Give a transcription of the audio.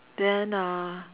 then uh